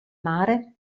mare